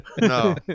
no